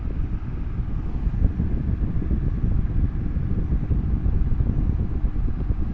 আমি কি bank of India এর একাউন্ট থেকে স্টেট ব্যাংক এর একাউন্টে টাকা পাঠাতে পারি?